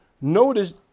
Notice